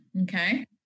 okay